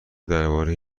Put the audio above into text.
درباره